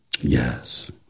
Yes